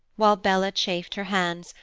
while bella chafed her hands,